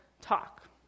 talk